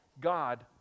God